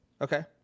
Okay